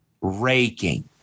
raking